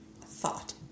thought